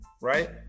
right